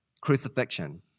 Crucifixion